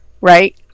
Right